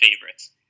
favorites